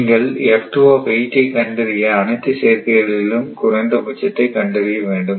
நீங்கள் ஐ கண்டறிய அனைத்து சேர்க்கைகளின் குறைந்தபட்சத்தை கண்டறிய வேண்டும்